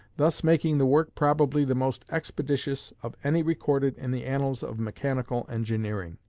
thus making the work probably the most expeditious of any recorded in the annals of mechanical engineering.